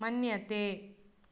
मन्यते